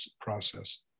process